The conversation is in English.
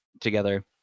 together